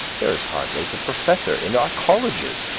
there is hardly the professor in our colleges,